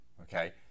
okay